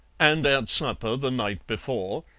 and at supper the night before,